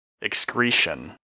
Excretion